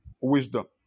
Wisdom